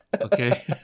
Okay